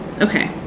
Okay